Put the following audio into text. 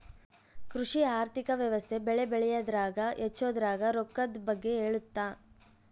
ಕೃಷಿ ಆರ್ಥಿಕ ವ್ಯವಸ್ತೆ ಬೆಳೆ ಬೆಳೆಯದ್ರಾಗ ಹಚ್ಛೊದ್ರಾಗ ರೊಕ್ಕದ್ ಬಗ್ಗೆ ಹೇಳುತ್ತ